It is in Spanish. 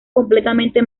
completamente